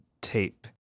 tape